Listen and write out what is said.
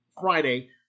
Friday